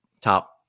top